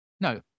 No